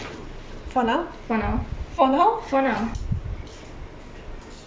for now for now